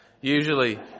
Usually